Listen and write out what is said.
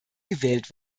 gewählt